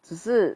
只是